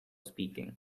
speaking